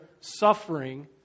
suffering